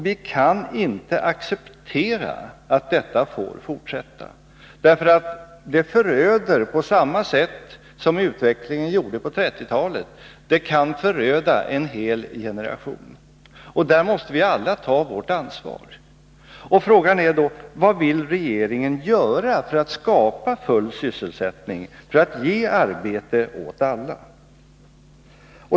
Vi kan inte acceptera att detta får fortsätta. Det föröder på samma sätt som utvecklingen gjorde på 1930-talet. Det kan föröda en hel generation. Där måste vi alla ta vårt ansvar. Frågan är då: Vad vill regeringen göra för att skapa full sysselsättning och ge arbete åt alla?